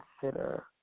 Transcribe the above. consider